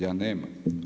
Ja nemam.